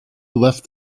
left